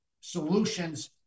solutions